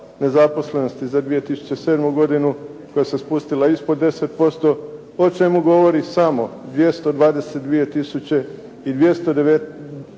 nezaposlenosti za 2007. godinu koja se spustila ispod 10%, o čemu govori samo 222 tisuće i 290